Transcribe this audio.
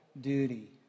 duty